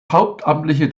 hauptamtliche